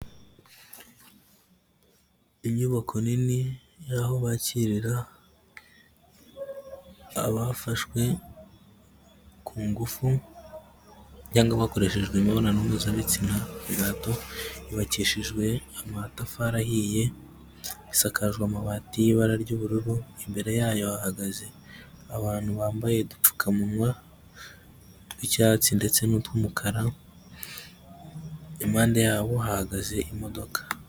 Inyubako nini y'aho bakirira abafashwe ku ngufu cyangwa abakoreshejwe imibonano mpuzabitsina ku gahato, yubakishijwe amatafari ahiye, isakajwe amabati y'ibara ry'ubururu, imbere yayo hahagaze abantu bambaye udupfukamunwa tw'icyatsi ndetse n'utw'umukara, impande yabo hahagaze imodoka.